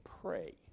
pray